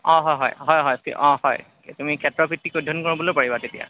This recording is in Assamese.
অঁ হয় হয় হয় হয় অঁ হয় তুমি ক্ষেত্ৰভিত্তিক অধ্যয়ন কৰিবলৈও পাৰিবা তেতিয়া